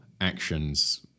actions